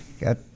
got